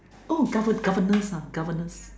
govern governess governess